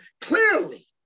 clearly